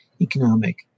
economic